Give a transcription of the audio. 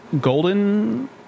golden